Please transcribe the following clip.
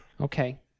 Okay